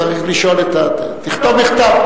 צריך לשאול את, תכתוב מכתב.